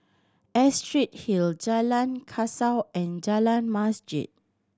Astrid Hill Jalan Kasau and Jalan Masjid